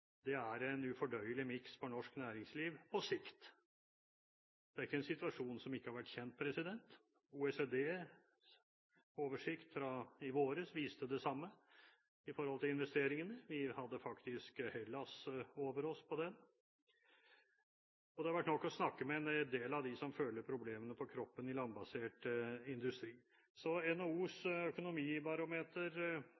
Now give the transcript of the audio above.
Det er en ufordøyelig miks for norsk næringsliv, på sikt. Dette er ikke en situasjon som ikke har vært kjent. OECDs oversikt fra i vår viste det samme når det gjelder investeringene. Vi hadde faktisk Hellas over oss på den oversikten. Det hadde vært nok å snakke med en del av dem som føler problemene på kroppen i landbasert